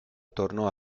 tornò